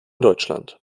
deutschland